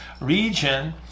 region